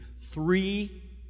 Three